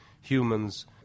humans